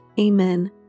Amen